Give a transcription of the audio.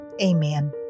amen